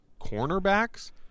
cornerbacks